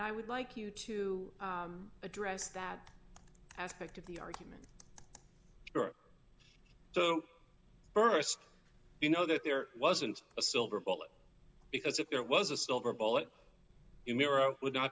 i would like you to address that aspect of the argument so burst you know that there wasn't a silver bullet because if there was a silver bullet you mirror would not